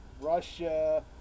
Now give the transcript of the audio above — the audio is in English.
Russia